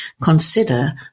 consider